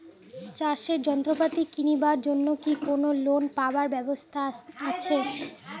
চাষের যন্ত্রপাতি কিনিবার জন্য কি কোনো লোন পাবার ব্যবস্থা আসে?